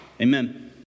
Amen